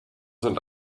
sind